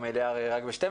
הרי המליאה מתחילה